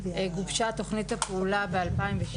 גובשה תוכנית הפעולה ב-2016.